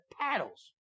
paddles